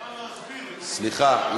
להסביר, סליחה.